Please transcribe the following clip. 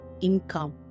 income